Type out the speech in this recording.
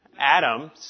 Adam